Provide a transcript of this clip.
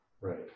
Right